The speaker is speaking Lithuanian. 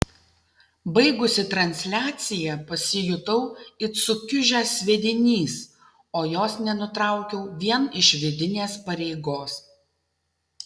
baigusi transliaciją pasijutau it sukiužęs sviedinys o jos nenutraukiau vien iš vidinės pareigos